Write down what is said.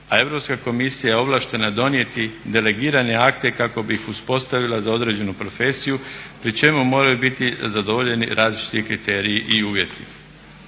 a Europska komisija je ovlaštena donijeti delegirane akte kako bi ih uspostavila za određenu profesiju pri čemu moraju biti zadovoljeni različiti kriteriji i uvjeti.